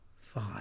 five